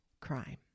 crime